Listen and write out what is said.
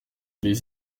les